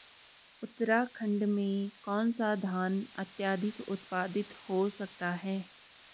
उत्तराखंड में कौन सा धान अत्याधिक उत्पादित हो सकता है?